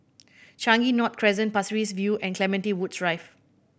Changi North Crescent Pasir Ris View and Clementi Woods Drive